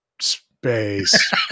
space